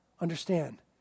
Understand